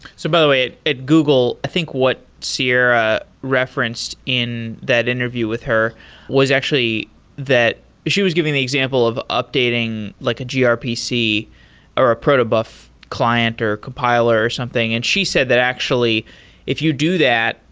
so by the way, at google, i think what sierra referenced in that interview with her was actually that she was giving the example of updating like a grpc or a proto-buff client or a compile or something and she said that actually if you do that,